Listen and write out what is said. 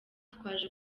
twaje